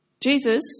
Jesus